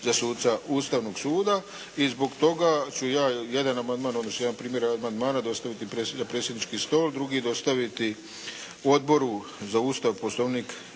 za suca Ustavnog suda i zbog toga ću ja jedan amandman, odnosno jedan primjer amandmana dostaviti za predsjednički stol, drugi dostaviti Odboru za Ustav, Poslovnik